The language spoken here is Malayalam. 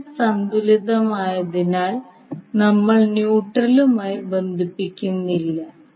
സിസ്റ്റം സന്തുലിതമായതിനാൽ നമ്മൾ ന്യൂട്രലുമായി ബന്ധിപ്പിക്കുന്നില്ല